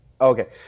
Okay